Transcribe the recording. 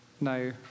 No